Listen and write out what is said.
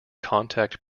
contact